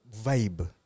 vibe